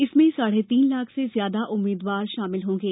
इसमें साढे तीन लाख से ज्यादा उम्मीदवार शामिल होगे